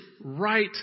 right